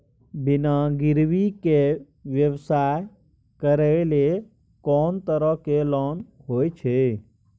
बिना गिरवी के व्यवसाय करै ले कोन तरह के लोन होए छै?